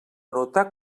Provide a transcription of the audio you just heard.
anotar